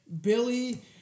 Billy